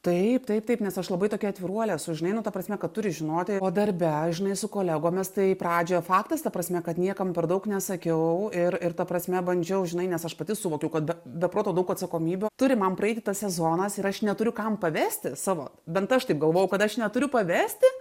taip taip taip nes aš labai tokia atviruolė esu žinai nu ta prasme kad turi žinoti o darbe žinai su kolegomis tai pradžioje faktas ta prasme kad niekam per daug nesakiau ir ir ta prasme bandžiau žinai nes aš pati suvokiau kad be proto daug atsakomybių turi man praeiti tas sezonas ir aš neturiu kam pavesti savo bent aš taip galvojau kad aš neturiu pavesti